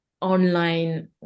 online